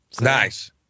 Nice